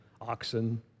oxen